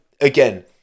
again